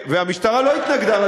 והמשטרה לא התנגדה לה,